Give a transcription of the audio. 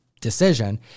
decision